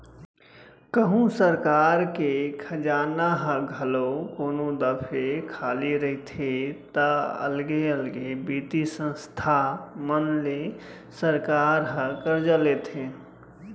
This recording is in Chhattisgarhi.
कहूँ सरकार के खजाना ह घलौ कोनो दफे खाली रहिथे ता अलगे अलगे बित्तीय संस्था मन ले सरकार ह करजा लेथे